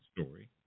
story